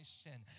sin